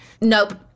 Nope